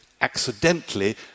accidentally